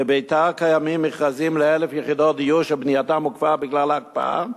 בביתר קיימים מכרזים ל-1,000 יחידות דיור שבנייתן הוקפאה בגלל ההקפאה,